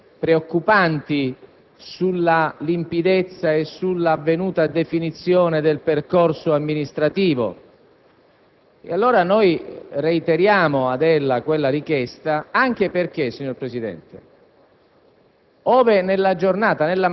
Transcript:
sono estremamente preoccupanti sulla limpidezza e sull'avvenuta definizione del percorso amministrativo. Ed allora noi le reiteriamo quella richiesta, anche perché, signor Presidente,